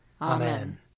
Amen